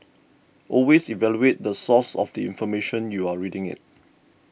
always evaluate the source of the information you're reading it